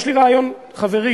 יש לי רעיון חברי,